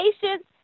patience